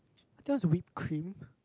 I think was whipped cream